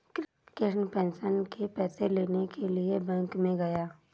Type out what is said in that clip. Krishna pension के पैसे लेने के लिए बैंक में गया